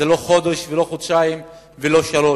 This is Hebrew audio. זה לא חודש ולא חודשיים ולא שלושה,